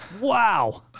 Wow